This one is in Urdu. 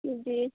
جی